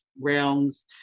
realms